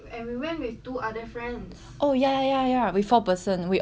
oh ya ya ya ya ya we four person we order I think one